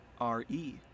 R-E